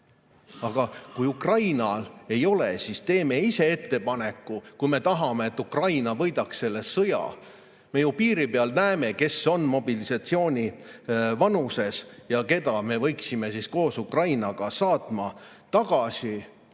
Aga kui Ukrainal ei ole, siis teeme ise ettepaneku, kui me tahame, et Ukraina võidaks selle sõja. Me ju piiri peal näeme, kes on mobilisatsioonivanuses ja kelle me võiksime koos Ukrainaga saata tagasi